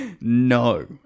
No